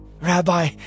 Rabbi